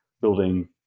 building